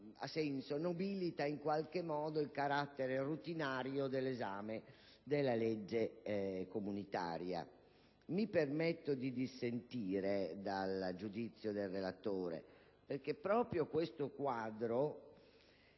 nobilita in qualche modo il carattere routinario dell'esame della legge comunitaria. Mi permetto di dissentire dal giudizio del relatore, perché proprio il quadro